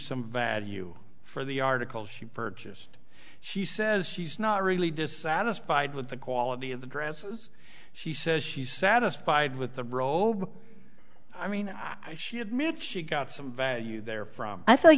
some value for the article she purchased she says she's not really dissatisfied with the quality of the dresses she says she's satisfied with the robot i mean she admits she got some value there from i thought